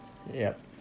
yup